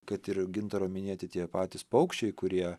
kad ir gintaro minėti tie patys paukščiai kurie